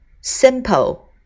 simple